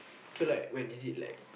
so like when is it like